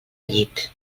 llit